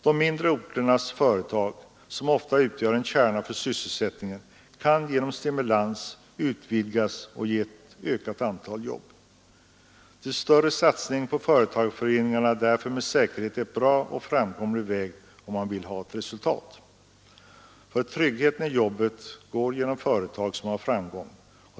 De mindre orternas företag, som ofta utgör en kärna för sysselsättningen, kan genom stimulans utvidgas och ge ett ökat antal jobb. En större satsning på företagareföreningarna är därför med säkerhet en bra och framkomlig väg om man vill ha resultat. Tryggheten i jobben går genom företag som har framgång.